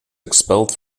expelled